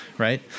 Right